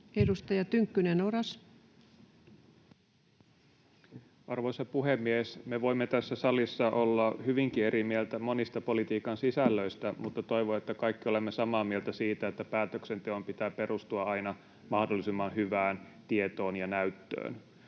12:36 Content: Arvoisa puhemies! Me voimme tässä salissa olla hyvinkin eri mieltä monista politiikan sisällöistä, mutta toivon, että kaikki olemme samaa mieltä siitä, että päätöksenteon pitää perustua aina mahdollisimman hyvään tietoon ja näyttöön.